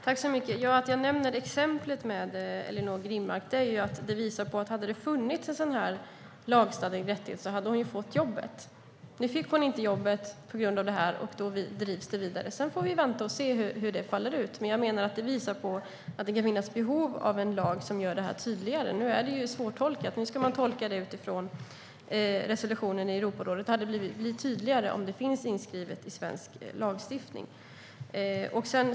Fru talman! Jag nämner exemplet med Ellinor Grimmark för att det visar på att hon hade fått jobbet om det hade funnits en sådan här lagstadgad rättighet. Nu fick hon inte jobbet på grund av det här, och då drivs det vidare. Vi får vänta och se hur det faller ut, men jag menar att det visar på att det kan finnas behov av en lag som gör det här tydligare. Nu är det svårtolkat. Nu ska man tolka det utifrån resolutionen i Europarådet. Det blir tydligare om det finns inskrivet i svensk lagstiftning.